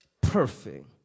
perfect